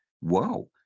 Wow